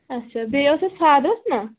اَچھا بیٚیہِ اوس اَسہ فادرس نا